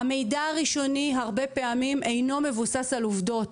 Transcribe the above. המידע הראשוני הרבה פעמים אינו מבוסס על עובדות.